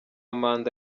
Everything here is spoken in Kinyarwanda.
manda